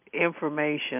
information